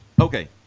Okay